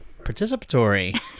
participatory